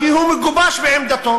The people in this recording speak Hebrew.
כי הוא מגובש בעמדתו